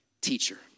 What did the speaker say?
teacher